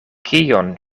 kion